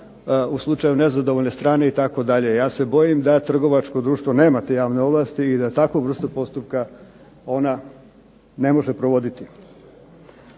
u slučaju nezadovoljne strane itd. Ja se bojim da trgovačko društvo nema te javne ovlasti i da takvu vrstu postupka ona ne može provoditi.